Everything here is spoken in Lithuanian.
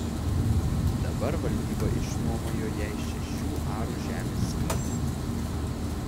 dabar valdyba išnuomojo jai šešių arų žemės sklypą